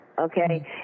okay